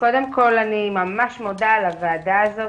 קודם כל אני ממש מודה לוועדה הזו.